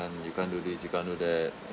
you can't do this you can't do that